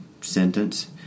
sentence